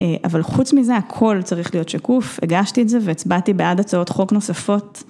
אבל חוץ מזה הכל צריך להיות שקוף, הגשתי את זה והצבעתי בעד הצעות חוק נוספות.